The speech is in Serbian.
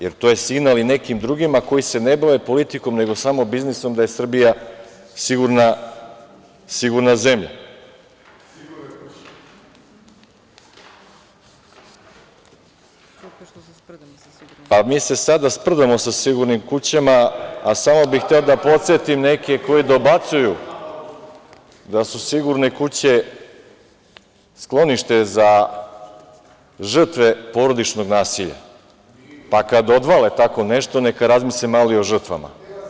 Jer, to je signal i nekim drugima koji se ne bave politikom nego samo biznisom da je Srbija sigurna zemlja. (Aleksandar Šešelj: Sigurna kuća.) Mi se sada sprdamo sa sigurnim kućama, a samo bih hteo da podsetim neke koji dobacuju da su sigurne kuće sklonište za žrtve porodičnog nasilja, pa kad odvale tako nešto, neka razmisle malo i o žrtvama.